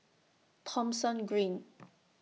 Thomson Green